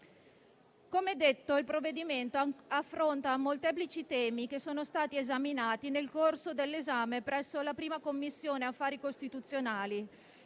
Come detto, il provvedimento affronta molteplici temi che sono stati esaminati nel corso dell'esame presso la 1a Commissione, che ha migliorato